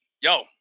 yo